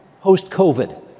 post-COVID